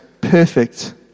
perfect